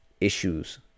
issues